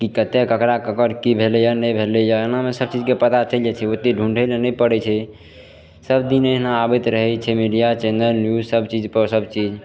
की कतै ककरा ककर की भेलैए नहि भेलैए एनामे सभचीज के पता चलि जाइ छै ओते ढूँढ़ै लए नहि पड़ै छै सभदिने एहिना आबैत रहै छै मीडिया चैनल न्यूज सभचीजपर सभचीज